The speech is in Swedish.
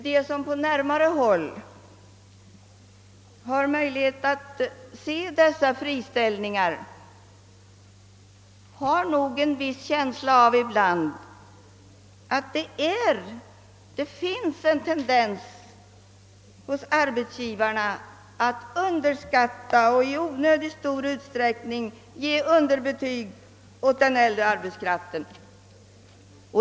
Den som på närmare håll har kunnat iaktta de friställningar av arbetskraft som förekommer har säkerligen ibland en känsla av att det hos arbetsgivarna finns en tendens att underskatta och att i onödigt stor utsträckning ge underbetyg åt den äldre arbetskraften.